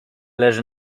leży